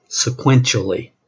sequentially